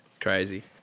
crazy